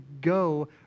go